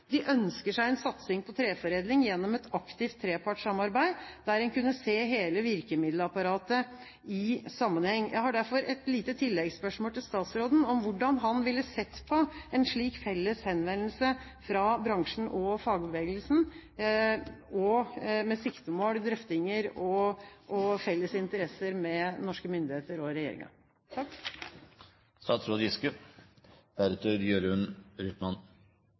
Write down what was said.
De ønsker seg en satsing på treforedling gjennom et aktivt trepartssamarbeid, der en kunne se hele virkemiddelapparatet i sammenheng. Jeg har derfor et lite tilleggsspørsmål til statsråden om hvordan han ville sett på en slik felles henvendelse fra bransjen og fagbevegelsen – med siktemål, drøftinger og felles interesser med norske myndigheter og